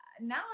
now